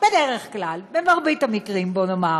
בדרך כלל, במרבית המקרים, בואו נאמר.